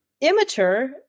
immature